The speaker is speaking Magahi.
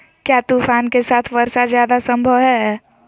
क्या तूफ़ान के साथ वर्षा जायदा संभव है?